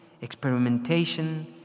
experimentation